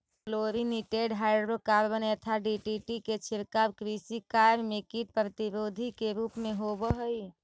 chlorinated hydrocarbon यथा DDT के छिड़काव कृषि कार्य में कीट प्रतिरोधी के रूप में होवऽ हई